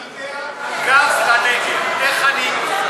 אני בעד גז לנגב, איך אני?